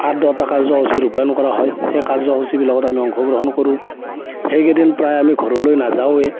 আঠ দহটা কাৰ্যসূচী ৰূপায়ণ কৰা হয় সেই কাৰ্যসূচীবিলাকত আমি অংশগ্ৰহণ কৰোঁ সেইকেইদিন প্ৰায়ে আমি ঘৰলৈ নাযাওঁৱে